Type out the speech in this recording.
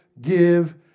give